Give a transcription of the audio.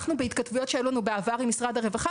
בהתכתבויות שהיו לנו בעבר עם משרד הרווחה